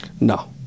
No